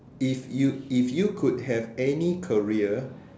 if you if you could have any career